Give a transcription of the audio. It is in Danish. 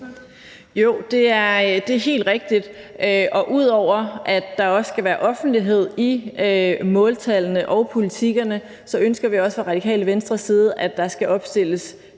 Jo, det er helt rigtigt. Og ud over at der skal være offentlighed i måltallene og politikkerne, ønsker vi også fra Radikale Venstres side, at der skal opstilles